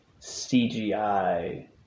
CGI